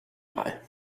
mal